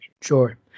Sure